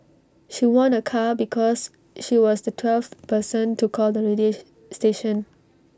she won A car because she was the twelfth person to call the radio she station